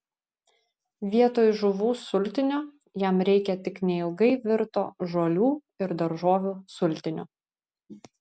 vietoj žuvų sultinio jam reikia tik neilgai virto žolių ir daržovių sultinio